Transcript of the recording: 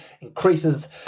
increases